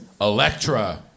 Electra